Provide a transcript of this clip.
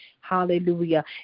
hallelujah